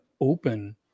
open